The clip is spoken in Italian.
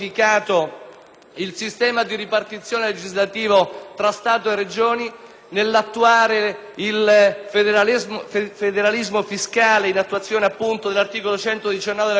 il sistema di ripartizione legislativo tra Stato e Regioni. Nell'applicare il federalismo fiscale, in attuazione dell'articolo 119 della Costituzione,